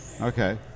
Okay